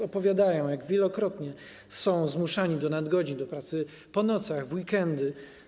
Opowiadają, jak wielokrotnie są zmuszani do nadgodzin, do pracy po nocach, w weekendy.